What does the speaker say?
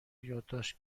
یادداشت